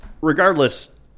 regardless